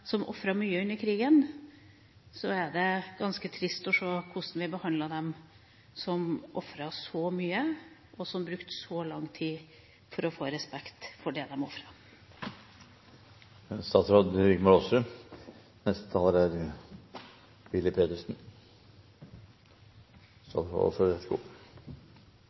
som ofret mye under krigen, er det ganske trist å se hvordan vi behandler dem som ofret så mye, og som brukte så lang tid for å få respekt for det de ofret. Det er ingen tvil om at det er